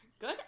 Good